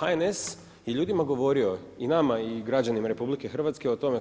HNS je ljudima govorio i nama i građanima RH o tome